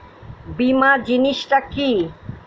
বীমা জিনিস টা কি?